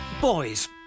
Boys